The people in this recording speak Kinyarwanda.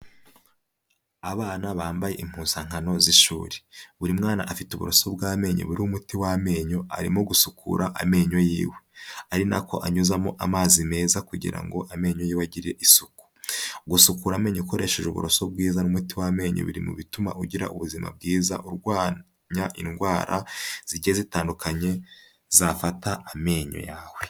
Abana bambaye impuzankano z'ishuri, buri mwana afite uburoso bw'amenyo buriho umuti w'amenyo arimo gusukura amenyo yiwe, ari nako anyuzamo amazi meza kugira ngo amenyo yiwe agire isuku, gusukura amenyo ukoresheje uburoso bwiza n'umuti w'amenyo biri mu bituma ugira ubuzima bwiza, urwanya indwara zigiye zitandukanye zafata amenyo yawe.